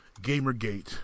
GamerGate